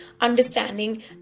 understanding